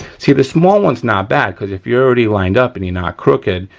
see, the small one's not bad cause if you're already lined up and you're not crooked,